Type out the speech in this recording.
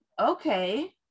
okay